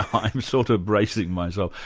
i'm sort of bracing myself.